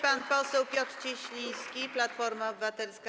Pan poseł Piotr Cieśliński, Platforma Obywatelska.